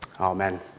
Amen